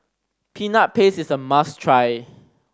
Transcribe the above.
Peanut Paste is a must try